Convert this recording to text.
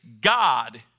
God